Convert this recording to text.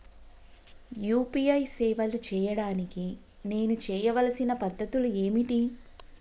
UPI సేవలు చేయడానికి నేను చేయవలసిన పద్ధతులు ఏమిటి?